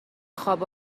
خواب